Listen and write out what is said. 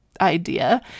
idea